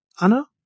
Anna